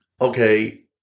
Okay